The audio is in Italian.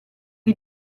che